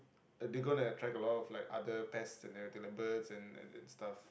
they gonna attract like a lot of other pests and everything like birds and and and stuff